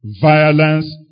violence